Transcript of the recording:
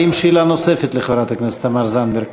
האם יש שאלה נוספת לחברת הכנסת תמר זנדברג?